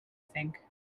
think